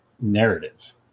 narrative